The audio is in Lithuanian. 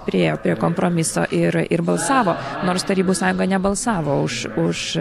priėjo prie kompromiso ir ir balsavo nors tarybų sąjunga nebalsavo už už